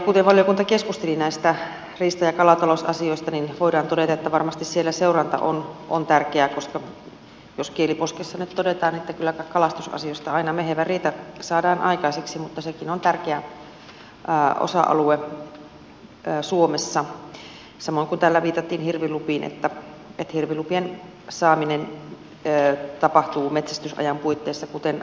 kuten valiokunta keskusteli näistä riista ja kalatalousasioista voidaan todeta että varmasti siellä seuranta on tärkeää koska vaikka kieli poskessa nyt todetaan että kylläpä kalastusasioista aina mehevä riita saadaan aikaiseksi sekin on tärkeä osa alue suomessa samoin kuin täällä viitattiin hirvilupiin että hirvilupien saaminen tapahtuu metsästysajan puitteissa kuten aiemminkin